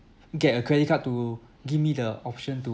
get a credit card to give me the option to